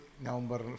November